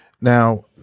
Now